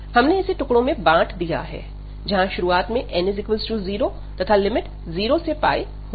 हमने इसे टुकड़ों में बांट दिया है जहां शुरुआत में n 0 तथा लिमिट 0 से होंगी